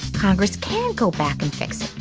congress can go back and fix it.